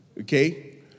okay